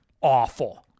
awful